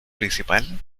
principal